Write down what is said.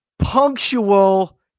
punctual